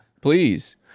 please